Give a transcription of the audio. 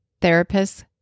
therapists